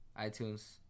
iTunes